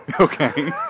Okay